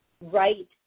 Right